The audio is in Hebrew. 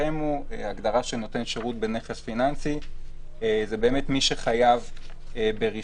הגדרה של נותן שירות בנכס פיננסי זה באמת מי שחייב ברישוי,